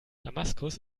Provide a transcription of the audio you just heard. damaskus